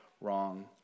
wrong